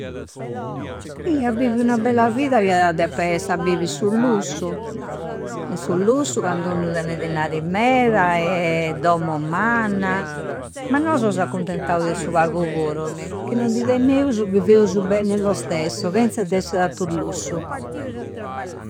Ih! A bivi ua bella vida iada deppe esse a bivi su lussu. De su lussu candu unu tenne dinari meda e dommo manna. Ma nosu s'accuntenutsu de su pagu puru, mì! Chi non di tenneusu biveusu benni lo stesso. Chenze de essi tantu lussu.